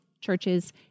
churches